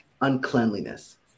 uncleanliness